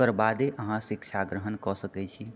ओकर बादे अहाँ शिक्षा ग्रहण कए सकैत छी